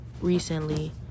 recently